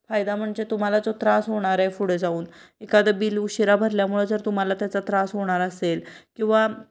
फायदा म्हणजे तुम्हाला जो त्रास होणार आहे पुढे जाऊन एखादं बिल उशिरा भरल्यामुळं जर तुम्हाला त्याचा त्रास होणार असेल किंवा